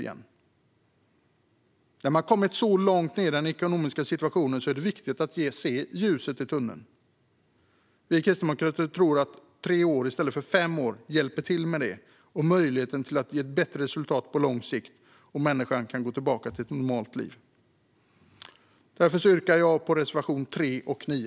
När en människa har kommit så långt ned i den ekonomiska situationen är det viktigt att se ljuset i tunneln. Vi kristdemokrater tror att tre år i stället för fem år hjälper till med det och ger möjlighet till ett bättre resultat på lång sikt så att människan kan gå tillbaka till ett normalt liv. Jag yrkar därför bifall till reservationerna 3 och 9.